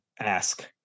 ask